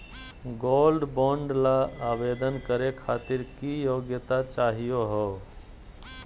Gold bond ल आवेदन करे खातीर की योग्यता चाहियो हो?